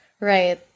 Right